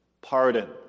pardon